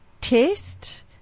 test